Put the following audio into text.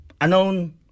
unknown